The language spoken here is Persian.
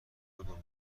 کدومه